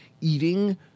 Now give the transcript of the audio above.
eating